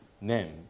name